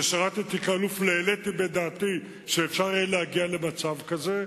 כששירתתי כאלוף לא העליתי בדעתי שאפשר יהיה להגיע למצב כזה,